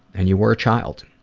and you were a child.